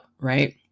Right